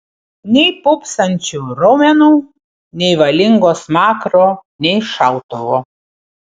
nei pūpsančių raumenų nei valingo smakro nei šautuvo